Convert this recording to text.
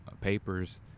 papers